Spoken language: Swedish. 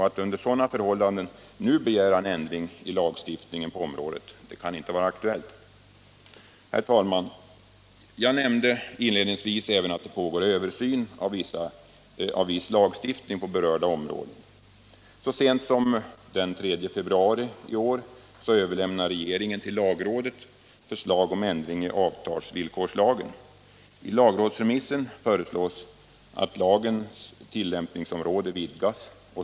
Att under sådana förhållanden nu begära ändring i lagstiftningen på området är inte aktuellt. Herr talman! Jag nämnde inledningsvis även att det pågår översyn av viss lagstiftning på det berörda området. Så sent som den 3 februari överlämnade regeringen till lagrådet förslag om ändring i avtalsvillkorslagen. I lagrådsremissen föreslås att lagens tillämpningsområde utvidgas.